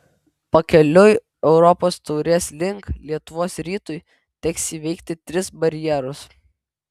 pakeliui europos taurės link lietuvos rytui teks įveikti tris barjerus